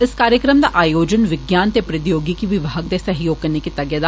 इस कार्यक्रम दा आयोजन विज्ञान ते प्रौद्ययोगिकी विभाग दे सहयोग कन्नै कीता गेआ